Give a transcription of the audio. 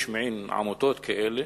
יש מין עמותות כאלה,